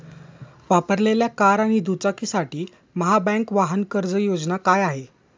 वापरलेल्या कार आणि दुचाकीसाठी महाबँक वाहन कर्ज योजना काय आहे?